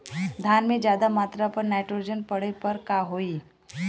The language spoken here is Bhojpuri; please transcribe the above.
धान में ज्यादा मात्रा पर नाइट्रोजन पड़े पर का होई?